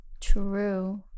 True